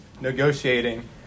negotiating